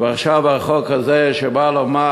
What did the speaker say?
ועכשיו החוק הזה, שבא לומר